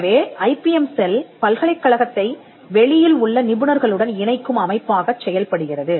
எனவே IBM cell பல்கலைக்கழகத்தை வெளியில் உள்ள நிபுணர்களுடன் இணைக்கும் அமைப்பாகச் செயல்படுகிறது